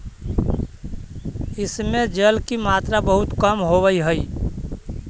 इस में जल की मात्रा बहुत कम होवअ हई